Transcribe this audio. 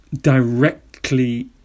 directly